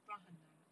不然很难啊